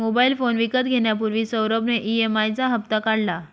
mobile phone विकत घेण्यापूर्वी सौरभ ने ई.एम.आई चा हप्ता काढला